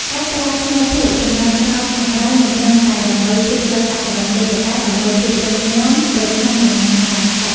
ការប្រើថ្មភក់សម្រាប់ស្រោបខាងក្រៅមិនត្រឹមតែដើម្បីភាពស្រស់ស្អាតប៉ុណ្ណោះទេ ប៉ុន្តែដើម្បីភាពរឹងមាំប្រឆាំងនឹងការសឹក។